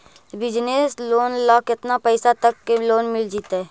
Business loan ल केतना पैसा तक के लोन मिल जितै?